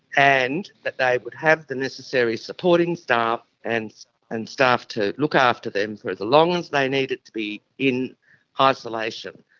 and that they would have the necessary supporting staff and and staff to look after them for as long as they needed to be in isolation.